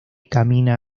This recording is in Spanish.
camina